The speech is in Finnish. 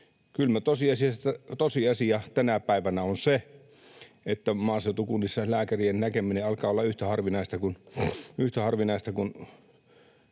kylmä tosiasia tänä päivänä on se, että maaseutukunnissa lääkärien näkeminen alkaa olla yhtä harvinaista kuin,